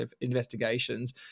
investigations